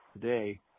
today